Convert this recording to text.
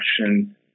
action